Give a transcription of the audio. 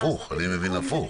אני מבין הפוך.